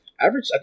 Average